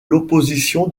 l’opposition